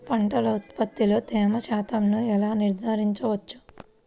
పంటల ఉత్పత్తిలో తేమ శాతంను ఎలా నిర్ధారించవచ్చు?